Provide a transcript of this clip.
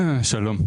שלום.